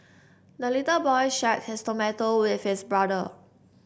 the little boy shared his tomato with his brother